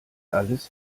alles